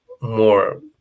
more